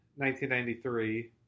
1993